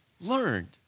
Learned